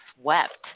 swept